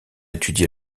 étudié